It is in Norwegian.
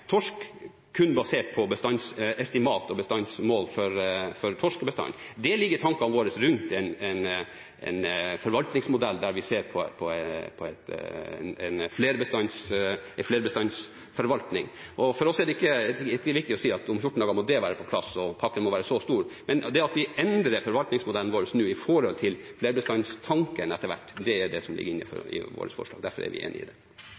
torsk kun basert på bestandsestimat og bestandsmål for torskebestanden? Det ligger i tankene våre rundt en forvaltningsmodell der vi ser på en flerbestandsforvaltning. For oss er det ikke viktig å si at om 14 dager må det være på plass, og pakken må være så stor. Men det at vi etter hvert endrer forvaltningsmodellen vår med hensyn til flerbestandstanken, er det er som ligger innenfor i vårt forslag. Derfor er vi enig i det.